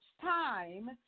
time